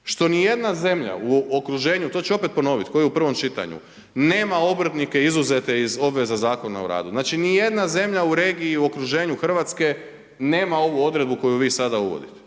što ni jedna zemlja u okruženju, to ću opet ponovit kao i u prvom čitanju, nema obrtnike izuzete iz obveza Zakona o radu. Znači ni jedna zemlja u regiji u okruženju Hrvatske nema ovu odredbu koju vi sada uvodite,